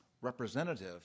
representative